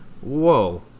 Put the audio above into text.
whoa